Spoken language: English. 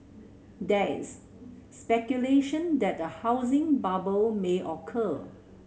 that's speculation that a housing bubble may occur